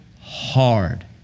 hard